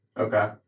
Okay